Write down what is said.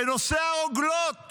בנושא הרוגלות